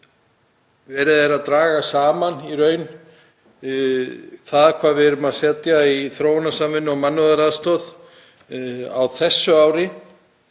verið sé að draga saman í raun það sem við setjum í þróunarsamvinnu og mannúðaraðstoð á þessu ári,